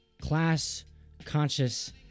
class-conscious